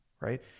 right